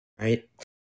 right